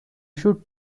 should